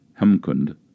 Hemkund